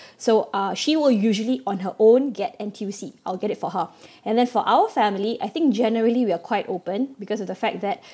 so uh she will usually on her own get N_T_U_C I'll get it for her and then for our family I think generally we are quite open because of the fact that